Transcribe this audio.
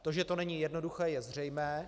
To, že to není jednoduché, je zřejmé.